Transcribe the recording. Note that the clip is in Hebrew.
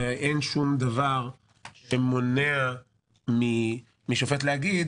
אין שום דבר שמונע משופט להגיד